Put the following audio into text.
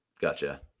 Gotcha